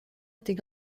était